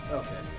okay